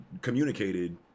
communicated